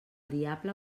diable